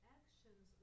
actions